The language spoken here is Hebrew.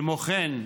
כמו כן,